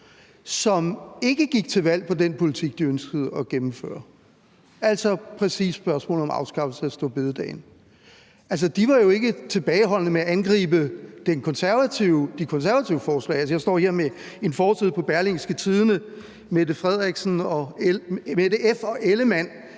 som ikke gik til valg på den politik, som de ønskede at gennemføre, altså præcis spørgsmålet om afskaffelsen af store bededag. Altså, de var jo ikke tilbageholdende med at angribe De Konservatives forslag. Jeg står her med en forside fra Berlingske, hvor der står: Mette F. og Ellemann